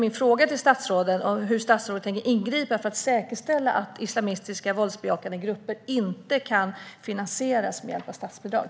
Min fråga till statsrådet är: Hur tänker han ingripa för att säkerställa att islamistiska och våldsbejakande grupper inte kan finansieras med hjälp av statsbidrag?